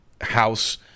house